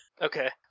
Okay